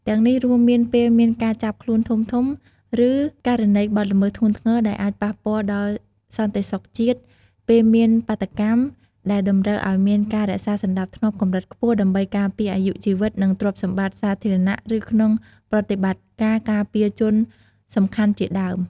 ទាំងនេះរួមមានពេលមានការចាប់ខ្លួនធំៗ ឬករណីបទល្មើសធ្ងន់ធ្ងរដែលអាចប៉ះពាល់ដល់សន្តិសុខជាតិ ពេលមានបាតុកម្មដែលតម្រូវឲ្យមានការរក្សាសណ្ដាប់ធ្នាប់កម្រិតខ្ពស់ដើម្បីការពារអាយុជីវិតនិងទ្រព្យសម្បត្តិសាធារណៈ ឬក្នុងប្រតិបត្តិការការពារជនសំខាន់ជាដើម។